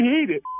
heated